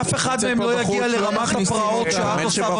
אף אחד מהם לא יגיע לרמת הפרעות שאת עושה במליאה.